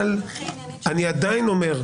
אני עדיין אומר,